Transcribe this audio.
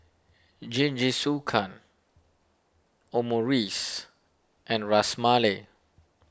Jingisukan Omurice and Ras Malai